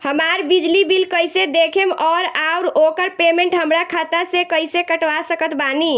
हमार बिजली बिल कईसे देखेमऔर आउर ओकर पेमेंट हमरा खाता से कईसे कटवा सकत बानी?